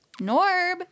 Norb